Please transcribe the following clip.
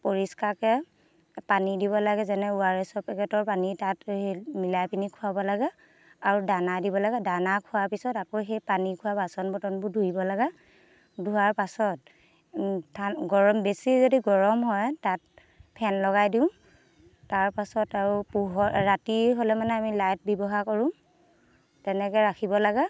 পৰিষ্কাৰকৈ পানী দিব লাগে যেনে অ' আৰ এছৰ পেকেটৰ পানী তাত হেৰি মিলাই পেনি খুৱাব লাগে আৰু দানা দিব লাগে দানা খোৱাৰ পিছত আকৌ সেই পানী খোৱা বাচন বৰ্তনবোৰ ধুই দিব লাগে ধোৱাৰ পাছত ঠান গৰম বেছি যদি গৰম হয় তাত ফেন লগাই দিওঁ তাৰ পাছত আৰু পোহৰ ৰাতি হ'লে মানে আমি লাইট ব্যৱহাৰ কৰোঁ তেনেকৈ ৰাখিব লাগে